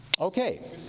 Okay